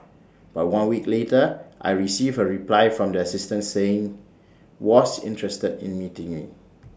but one week later I received A reply from the assistant saying was interested in meeting me